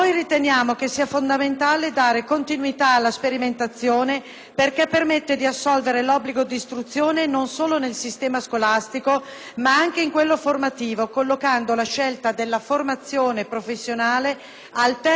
perché permette di assolvere l'obbligo di istruzione non solo nel sistema scolastico, ma anche in quello formativo, collocando la scelta della formazione professionale al termine della scuola media e non come ripiego al fallimento scolastico.